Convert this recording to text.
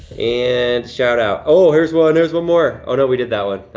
and shout-out, oh, here's one, here's one more. oh no, we did that one,